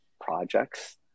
projects